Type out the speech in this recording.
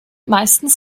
meistens